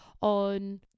on